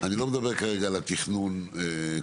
אני לא מדבר כרגע על התכנון כולו,